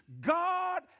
God